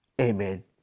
amen